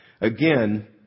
again